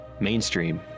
Mainstream